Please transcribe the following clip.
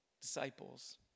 disciples